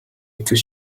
эцэг